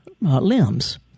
limbs